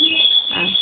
अ